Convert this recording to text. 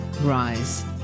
Rise